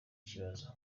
kibazo